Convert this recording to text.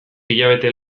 hilabete